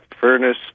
furnace